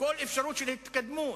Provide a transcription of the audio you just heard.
כל אפשרות של התקדמות.